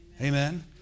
Amen